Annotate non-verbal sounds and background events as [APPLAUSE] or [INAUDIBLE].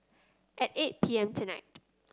at eight [NOISE] P M tonight